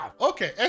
Okay